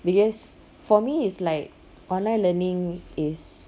because for me it's like online learning is